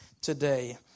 today